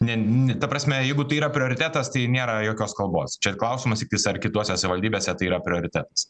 ne n ta prasme jeigu tai yra prioritetas tai nėra jokios kalbos čia klausimas tiktais ar kitose savivaldybėse tai yra prioritetas